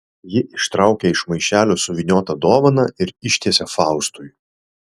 ji ištraukia iš maišelio suvyniotą dovaną ir ištiesia faustui